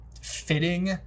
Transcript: fitting